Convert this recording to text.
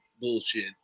bullshit